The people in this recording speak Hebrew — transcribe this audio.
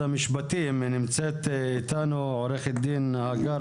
עו"ד הגר